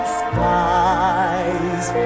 skies